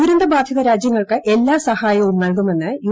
ദുരന്ത ബാധിത രാജ്യങ്ങൾക്ക് എല്ലാ സഛ്യായവും നൽകുമെന്ന് യു